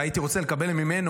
והייתי רוצה לקבל ממנו,